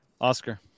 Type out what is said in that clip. Oscar